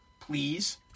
please